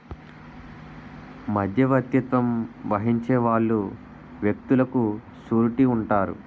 మధ్యవర్తిత్వం వహించే వాళ్ళు వ్యక్తులకు సూరిటీ ఉంటారు